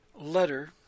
letter